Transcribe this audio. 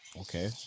okay